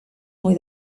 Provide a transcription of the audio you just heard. muy